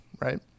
right